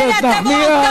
חברת הכנסת נחמיאס.